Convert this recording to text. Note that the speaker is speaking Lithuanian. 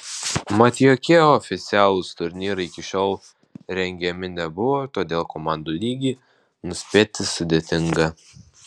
mat jokie oficialūs turnyrai iki šiol rengiami nebuvo todėl komandų lygį nuspėti sudėtinga